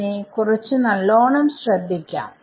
ഇതിനെ കുറച്ചു നല്ലോണം ശ്രദ്ധിക്കാം